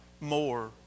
more